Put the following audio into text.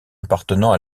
appartenant